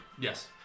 Yes